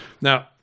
now